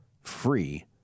free